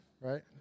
right